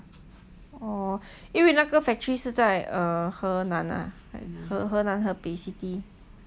orh 因为那个 factory 是在 err 河南 ah 河南 lah basically